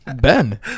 Ben